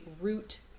root